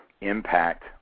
impact